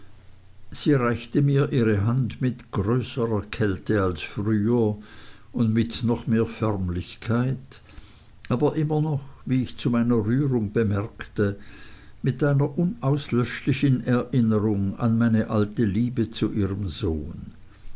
sie reichte mir ihre hand mit größerer kälte als früher und mit noch mehr förmlichkeit aber immer noch wie ich zu meiner rührung merkte mit einer unauslöschlichen erinnerung an meine alte liebe zu ihrem sohn